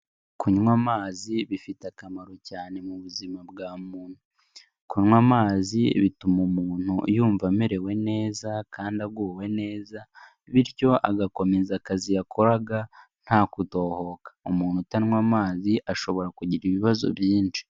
Kunywa amazi bifite akamaro cyane mu buzima bwa muntu, kunywa amazi bituma umuntu yumva amerewe neza kandi aguwe neza bityo agakomeza akazi yakoraga nta kudohoka, umuntu utanywa amazi ashobora kugira ibibazo byinshi.